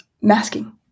masking